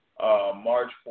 March